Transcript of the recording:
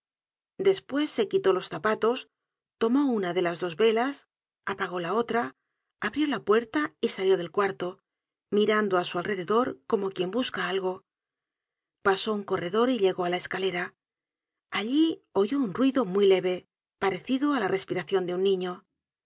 despues se quitó los zapatos tomó una de las dos velas apagó la otra abrió la puerta y salió del cuarto mirando á su alrededor como quien busca algo pasó un corredor y llegó á la escalera allí oyó un ruido muy leve parecido á la respiracion de un niño